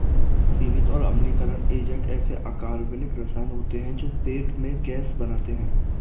सीमित और अम्लीकरण एजेंट ऐसे अकार्बनिक रसायन होते हैं जो पेट में गैस बनाते हैं